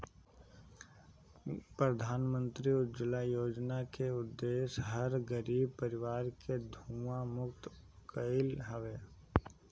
प्रधानमंत्री उज्ज्वला योजना के उद्देश्य हर गरीब परिवार के धुंआ मुक्त कईल हवे